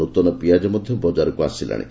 ନୃତନ ପିଆଜ ମଧ୍ୟ ବଜାରକୁ ଆସିଲାଣି